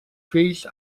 fills